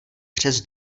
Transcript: přes